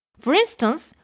for instance,